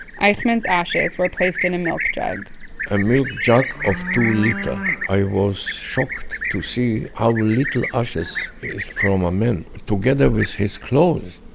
eichmann's ashes were placed in a milk jug a milk jug of two liter. i was shocked to see how little ashes is from a man, together with his clothes!